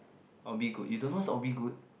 or be good you don't know what's or be good